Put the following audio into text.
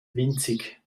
winzig